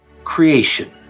Creation